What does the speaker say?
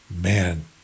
man